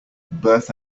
birth